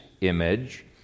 image